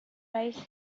rice